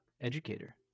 educator